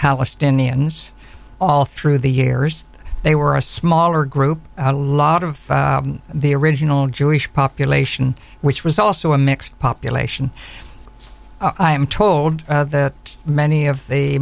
palestinians all through the years they were a smaller group a lot of the original jewish population which was also a mixed population i am told that many of the